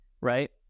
right